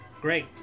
great